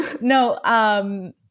No –